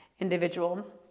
individual